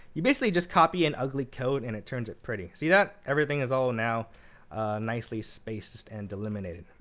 you basically just copy an ugly code, and it turns it pretty. see that? everything is all now nicely spaced and deliminated.